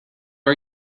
are